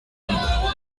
that